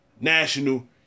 national